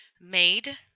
made